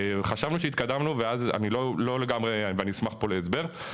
חשבנו שהתקדמנו ואני אשמח פה להסבר,